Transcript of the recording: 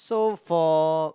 so for